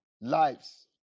lives